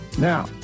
Now